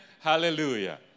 Hallelujah